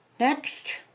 Next